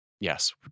Yes